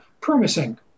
promising